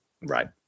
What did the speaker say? Right